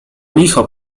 licho